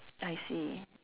I see